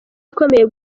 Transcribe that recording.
akomeye